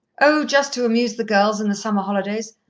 oh, just to amuse the girls, in the summer holidays.